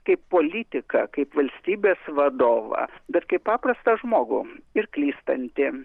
kaip politiką kaip valstybės vadovą bet kaip paprastą žmogų ir klystantį